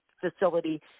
facility